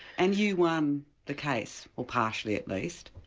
and you won the case, or partially at least.